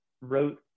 wrote